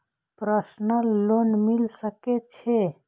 Personal loan मिल सके छे?